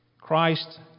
Christ